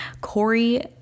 Corey